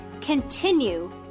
continue